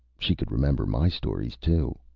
she could remember my stories, too.